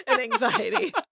anxiety